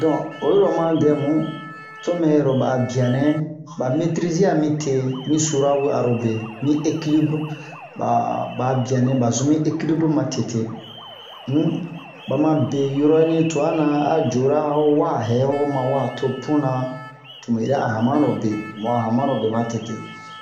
don oyi ro oma dɛmu to mero ba'a bia nɛ ba metrize'a mi te mi sura wi'aro be mi eklibru ba ba'a bianɛ ba zun mi eklibru ma ma tete um ba ma be yoroni tu'a na a jora ho wa hɛ ho ma wa to puna to mu yɛrɛ a hamano be mu'a hanmano be ma tete